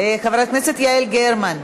חברת הכנסת יעל גרמן.